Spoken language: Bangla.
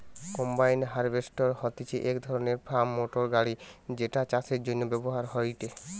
কম্বাইন হার্ভেস্টর হতিছে এক ধরণের ফার্ম মোটর গাড়ি যেটা চাষের জন্য ব্যবহার হয়েটে